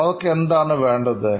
അവർക്ക് എന്താ വേണ്ടത്